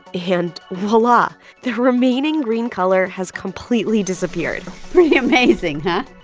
and voila, the remaining green color has completely disappeared pretty amazing, huh?